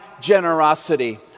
generosity